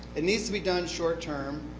it needs to be done short term.